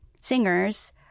singers